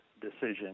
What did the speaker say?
decision